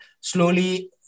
slowly